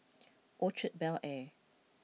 Orchard Bel Air